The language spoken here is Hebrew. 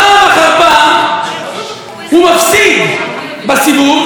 פעם אחר פעם הוא מפסיד בסיבוב,